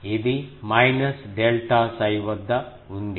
ఇది minus delta 𝜓 వద్ద ఉంది